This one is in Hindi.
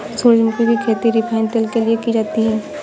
सूरजमुखी की खेती रिफाइन तेल के लिए की जाती है